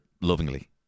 lovingly